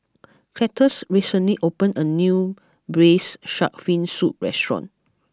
Cletus recently opened a new Braised Shark Fin Soup restaurant